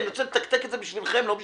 אני רוצה לתקתק את זה בשבילכם, לא בשבילי.